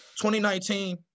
2019